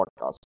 podcast